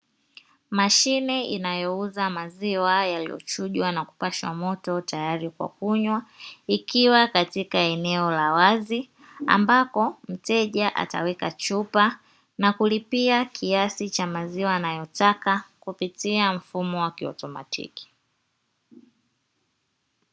Mashine inayouza maziwa yaliyochujwa na kupashwa moto tayari kwa kunywa, ikiwa katika eneo la wazi ambapo mteja ataweka chupa na kulipia kiasi cha maziwa anayotaka kupitia mfumo wa kiautomatiki.